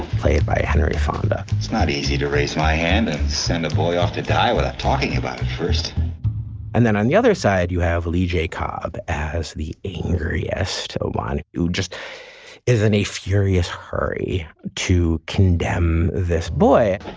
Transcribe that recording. played by henry fonda it's not easy to raise my hand and send a boy off to die without talking about it first and then on the other side, you have lee jay cobb as the angriest one who just is in a furious hurry to condemn this boy